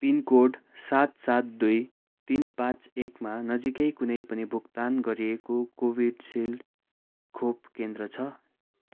pin code सात सात दुई तिन पाँच एकमा नजिकै कुनै पनि भुक्तान गरिएको कोभिसिल्ड खोप केन्द्र छ